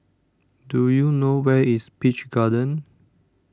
do you know where is Peach Garden